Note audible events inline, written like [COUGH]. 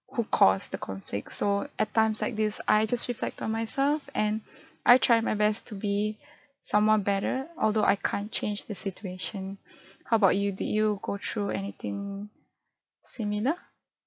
who caused the conflict so at times like this I just reflect on myself and [BREATH] I try my best to be [BREATH] someone better although I can't change the situation [BREATH] how about you did you go through anything similar